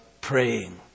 praying